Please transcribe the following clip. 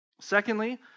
Secondly